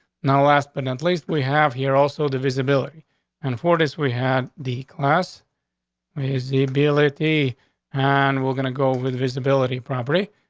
now, last. but at least we have here also the visibility and four days we had the class is the ability on. and we're gonna go with visibility property.